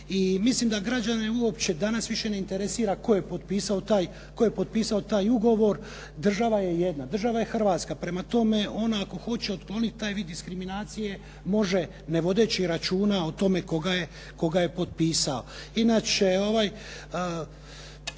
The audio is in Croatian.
mislim da građane uopće danas više ne interesira tko je potpisao ta ugovor. Država je jedna, država je Hrvatska, prema tome ona ako hoće otkloniti taj vid diskriminacije može ne vodeći računa o tome tko ga je potpisao.